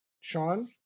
sean